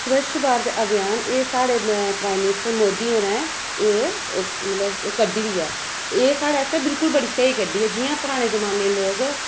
स्वच्छ भारत अभियान साढ़े prime minister Modi होरें एह् मतलब कड्ढी दी ऐ एह् साढ़े आस्तै बिल्कुल बड़ी स्हेई कड्ढी ऐ जि'यां पराने जमाने दे लोक